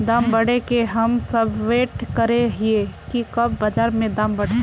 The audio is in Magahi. दाम बढ़े के हम सब वैट करे हिये की कब बाजार में दाम बढ़ते?